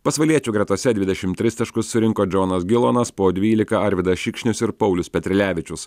pasvaliečių gretose dvidešimt tris taškus surinko džonas gilonas po dvylika arvydas šikšnius ir paulius petrilevičius